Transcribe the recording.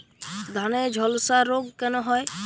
ধানে ঝলসা রোগ কেন হয়?